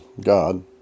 God